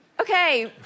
Okay